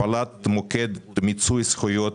הפעלת מוקד מיצוי זכויות